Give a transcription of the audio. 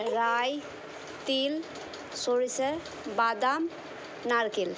রাই তিল সরিষা বাদাম নারকেল